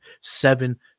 seven